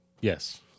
Yes